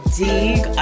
dig